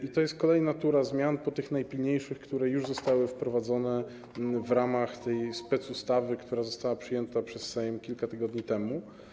I to jest kolejna tura zmian po tych najpilniejszych, które już zostały wprowadzone w ramach tej specustawy, która została przyjęta przez Sejm kilka tygodni temu.